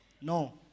no